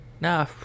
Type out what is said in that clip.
nah